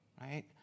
right